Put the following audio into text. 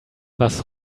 was